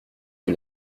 que